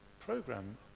program